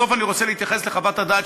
בסוף אני רוצה להתייחס לחוות הדעת